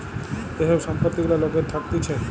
যে সব সম্পত্তি গুলা লোকের থাকতিছে